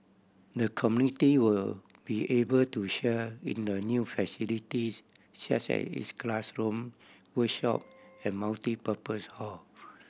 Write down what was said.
the community will be able to share in the new facilities such as its classroom workshop and multipurpose hall